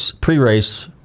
pre-race